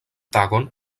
tagon